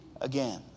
again